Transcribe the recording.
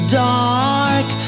dark